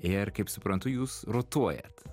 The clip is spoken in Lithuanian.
ir kaip suprantu jūs rotuojat